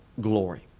glory